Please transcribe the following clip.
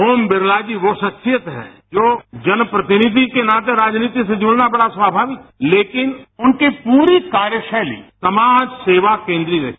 ओम बिडला जी वो शख्सियतहैं जो जनप्रतिनिधि के नाते राजनीति से जुडना बडा स्वाभाविक है लेकिन उनकी पूरी कार्यशैलीसमाज सेवा के लिए रही